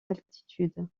altitude